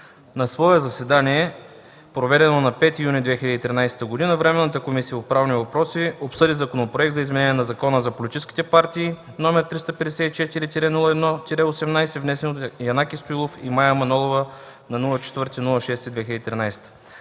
На свое заседание, проведено на 5 юни 2013 г., Временната комисия по правни въпроси обсъди Законопроект за изменение и допълнение на Закона за политическите партии № 354-01-18, внесен от Янаки Стоилов и Мая Манолова на 04 юни 2013